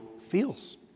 feels